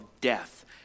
death